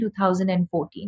2014